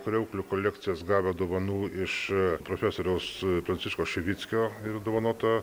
kriauklių kolekcijas gavę dovanų iš profesoriaus pranciškaus šivickio yra dovanota